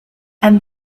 and